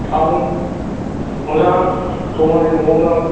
आं मोजां दङ नै न'आवनो आं